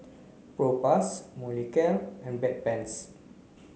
Propass Molicare and Bedpans